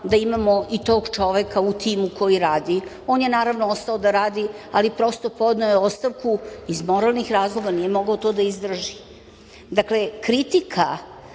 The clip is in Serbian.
da imamo i tog čoveka u timu koji radi. On je naravno ostao da radi, ali prosto podneo je ostavku iz moralnih razloga, nije mogao to da izdrži. Dakle, kritika